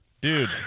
Dude